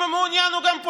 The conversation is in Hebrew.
אם הוא מעוניין, הוא פוטר.